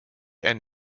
and